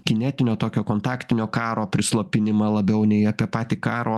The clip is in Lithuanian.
kinetinio tokio kontaktinio karo prislopinimą labiau nei apie patį karo